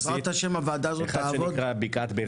האחד נקרא בקעת באר